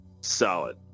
solid